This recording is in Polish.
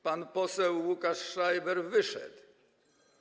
Pan poseł Łukasz Schreiber wyszedł.